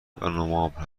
نوامبر